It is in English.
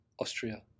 Austria